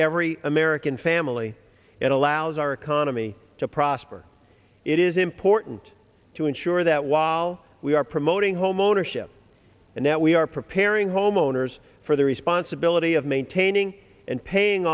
every american family it allows our economy to prosper it is important to ensure that while we are promoting homeownership and that we are preparing homeowners for the responsibility of maintaining and paying